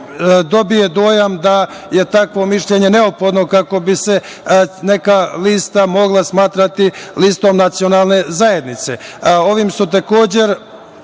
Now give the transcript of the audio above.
dobije dojam da je takvo mišljenje neophodno kako bi se neka lista mogla smatrati listom nacionalne zajednice. Ovim su, takođe